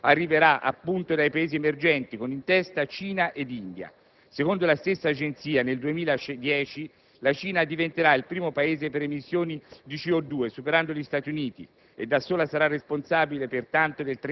per cento di questo incremento arriverà appunto dai Paesi emergenti con in testa Cina ed India. Secondo la stessa Agenzia, nel 2010 la Cina diventerà il primo Paese per emissioni di CO2superando gli Stati Uniti